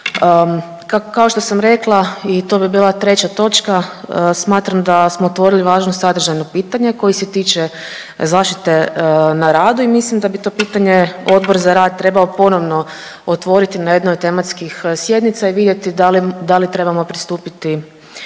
Kao što sam rekla i to bi bila treća točka, smatram da smo otvorili važno sadržajno pitanje koje se tiče zaštite na radu i mislim da bi to pitanje Odbor za rad trebao ponovno otvoriti na jednoj od tematskih sjednica i vidjeti da li trebamo pristupiti i